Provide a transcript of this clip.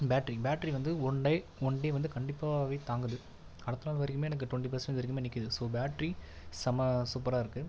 battery battery வந்து one day one day வந்து கண்டிப்பாகவே தாங்குது அடுத்த நாள் வரைக்குமே எனக்கு டுவெண்ட்டி பர்ஸண்ட் வரைக்குமே நிற்குது ஸோ பேட்ரி செம சூப்பராக இருக்குது